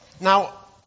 Now